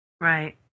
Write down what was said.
Right